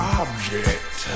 object